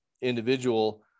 individual